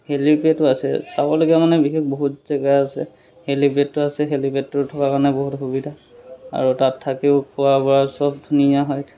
helipad আছে চাবলগীয়া মানে বিশেষ বহুত জেগা আছে হেলিপেটটো আছে হেলিপেটটো থকা মানে বহুত সুবিধা আৰু তাত থাকেও খোৱা বোৱা চব ধুনীয়া হয়